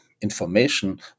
information